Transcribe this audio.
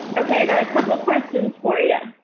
okay, got a couple questions for yeah